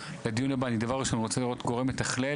בדיון הבא אני דבר ראשון רוצה לראות גורם מתכלל,